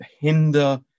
hinder